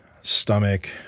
stomach